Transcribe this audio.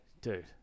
dude